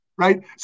Right